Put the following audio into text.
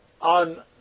on